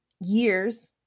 years